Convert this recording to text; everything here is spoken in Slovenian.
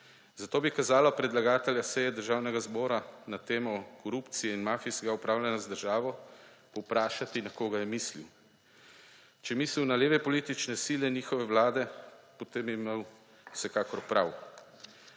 Zato bi kazalo predlagatelja seje Državnega zbora na temo korupcije in mafijskega upravljanja z državo vprašati, na koga je mislil. Če je mislil na leve politične sile njihove vlade, potem je imel vsekakor prav.